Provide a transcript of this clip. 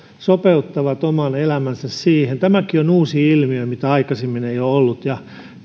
sopeuttavat oman elämänsä siihen tämäkin on uusi ilmiö mitä aikaisemmin ei ole ollut ja